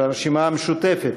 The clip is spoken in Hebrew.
של הרשימה המשותפת.